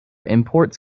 imports